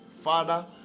Father